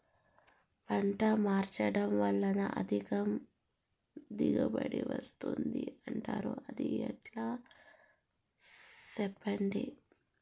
పంట మార్చడం వల్ల అధిక దిగుబడి వస్తుందని అంటారు అది ఎట్లా సెప్పండి